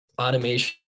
automation